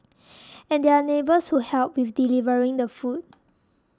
and there are neighbours who help with delivering the food